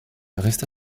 resta